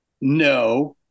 No